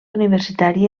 universitari